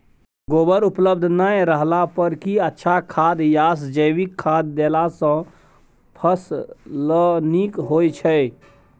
गोबर उपलब्ध नय रहला पर की अच्छा खाद याषजैविक खाद देला सॅ फस ल नीक होय छै?